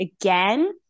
again